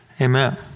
Amen